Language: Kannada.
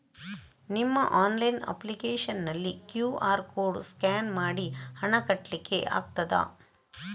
ನಿಮ್ಮ ಆನ್ಲೈನ್ ಅಪ್ಲಿಕೇಶನ್ ನಲ್ಲಿ ಕ್ಯೂ.ಆರ್ ಕೋಡ್ ಸ್ಕ್ಯಾನ್ ಮಾಡಿ ಹಣ ಕಟ್ಲಿಕೆ ಆಗ್ತದ?